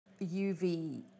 UV